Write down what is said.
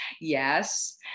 Yes